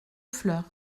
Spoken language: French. fleurs